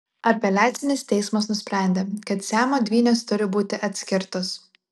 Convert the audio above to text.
apeliacinis teismas nusprendė kad siamo dvynės turi būti atskirtos